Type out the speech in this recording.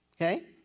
Okay